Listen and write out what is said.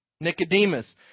Nicodemus